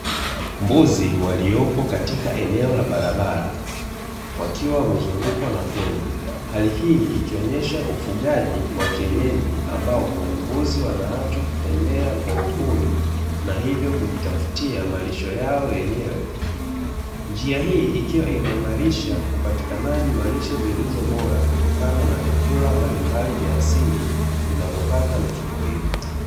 Mbuzi waliopo katika eneo la barabara, wakiwa wamezungukwa na pori. Hali hii ikionyesha ufugaji wa kienyeji ambao kwa mbuzi wanaachwa kutembea kwa uhuru, na hivyo kujitafutia malisho yao yenyewe, njia hii ikiwa inaimarisha upatikanaji wa lishe zilizo bora, kutokana na vyakula mbalimbali vya asili vinavyopata mifugo hiyo